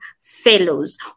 fellows